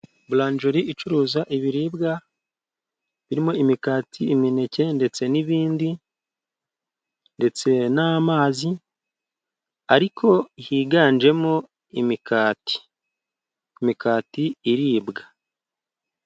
Buranjoli icuruza ibiribwa birimo imigati, imineke ndetse n'ibindi, ndetse n'amazi ariko higanjemo imigati, imigati iribwa.